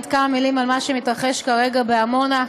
כמה מילים על מה שמתרחש כרגע בעמונה.